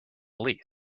least